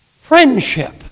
Friendship